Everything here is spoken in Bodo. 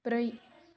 ब्रै